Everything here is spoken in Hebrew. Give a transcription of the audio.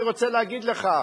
אני רוצה להגיד לך,